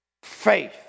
Faith